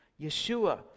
Yeshua